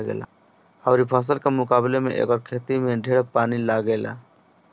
अउरी फसल के मुकाबले एकर खेती में ढेर पानी लागेला